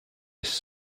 his